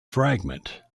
fragment